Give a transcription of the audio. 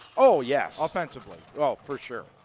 oh yes. offensively. oh for sure.